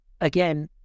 again